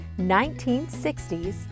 1960s